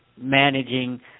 managing